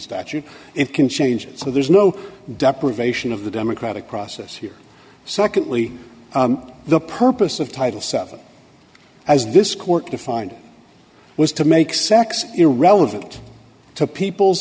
statute it can change it so there's no deprivation of the democratic process here secondly the purpose of title seven as this court defined it was to make sex irrelevant to people's